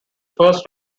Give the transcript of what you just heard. first